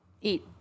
eat